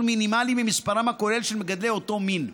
מינימלי ממספרם הכולל של מגדלי אותו מין.